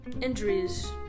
injuries